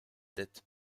dettes